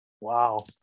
wow